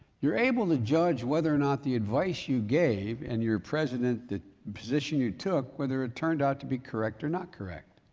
you're able to judge whether or not the advice you gave and your president that, the position you took whether it turned out to be correct or not correct.